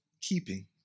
keeping